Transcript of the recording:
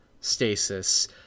stasis